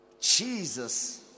Jesus